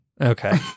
Okay